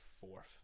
fourth